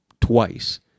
twice